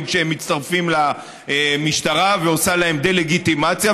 שמצטרפים למשטרה ועושה להם דה-לגיטימציה,